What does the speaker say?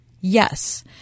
Yes